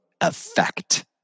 effect